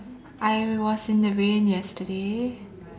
I was in the rain yesterday